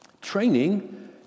Training